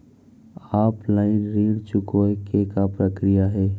Offline ऋण चुकोय के का प्रक्रिया हे?